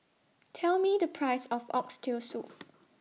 Tell Me The Price of Oxtail Soup